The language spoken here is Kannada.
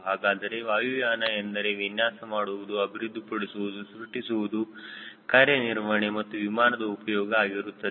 ಹಾಗಾದರೆ ವಾಯುಯಾನ ಎಂದರೆ ವಿನ್ಯಾಸ ಮಾಡುವುದು ಅಭಿವೃದ್ಧಿಪಡಿಸುವುದು ಸೃಷ್ಟಿಸುವುದು ಕಾರ್ಯನಿರ್ವಹಣೆ ಮತ್ತು ವಿಮಾನದ ಉಪಯೋಗ ಆಗಿರುತ್ತದೆ